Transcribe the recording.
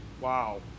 Wow